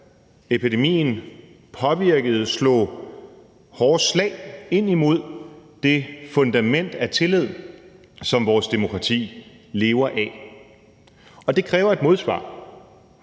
coronaepidemien påvirkede, slog hårde slag ind imod det fundament af tillid, som vores demokrati lever af, og det kræver et modsvar.